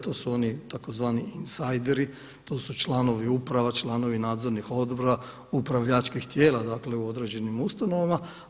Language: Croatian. To su oni tzv. insajderi, to su članovi uprava, članovi nadzornih odbora, upravljačkih tijela dakle u određenim ustanovama.